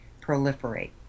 proliferate